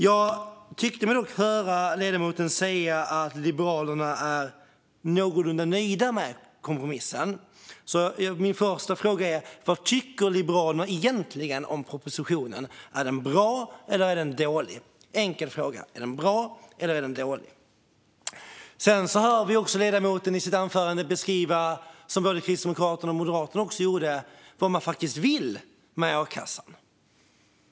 Jag tyckte mig höra ledamoten säga att Liberalerna är någorlunda nöjda med kompromissen. Min första fråga är därför: Vad tycker Liberalerna egentligen om propositionen? Är den bra eller är den dålig? Det är en enkel fråga. Sedan hörde jag ledamoten beskriva, precis som Kristdemokraterna och Moderaterna också gjorde, vad de faktiskt vill med a-kassan.